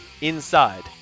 inside